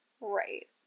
right